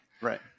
Right